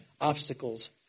obstacles